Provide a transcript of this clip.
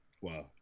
wow